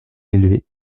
élevée